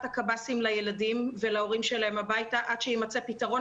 קציני ביקור סדיר לילדים ולהורים שלהם הביתה עד שיימצא פתרון.